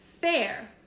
fair